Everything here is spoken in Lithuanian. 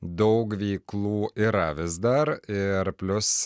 daug veiklų yra vis dar ir plius